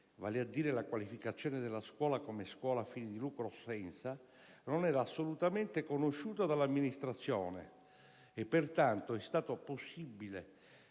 vale a dire la qualificazione della scuola come scuola a fini di lucro o senza, non era assolutamente conosciuto dall'Amministrazione e pertanto è stato possibile